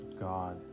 God